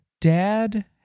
dad